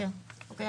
אוקיי.